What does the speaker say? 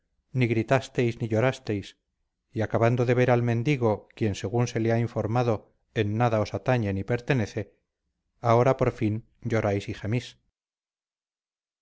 gritasteis ni llorasteis y acabando de ver al mendigo quien según se le ha informado en nada os atañe ni pertenece ahora por fin lloráis y gemís